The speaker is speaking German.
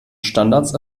standards